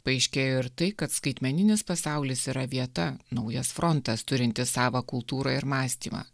paaiškėjo ir tai kad skaitmeninis pasaulis yra vieta naujas frontas turintis savą kultūrą ir mąstymą